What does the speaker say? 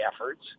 efforts